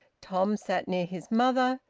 tom sat near his mother.